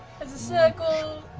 there's a circle.